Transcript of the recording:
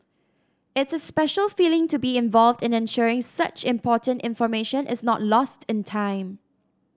it's a special feeling to be involved in ensuring such important information is not lost in time